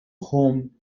home